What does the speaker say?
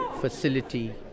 Facility